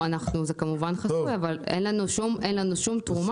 זה כמובן חסוי, ואין לנו שום תרומה.